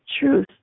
Truth